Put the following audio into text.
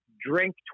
drink